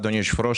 אדוני היושב-ראש,